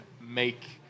make